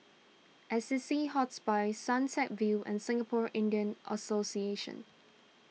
Assisi Hospice Sunset View and Singapore Indian Association